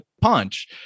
punch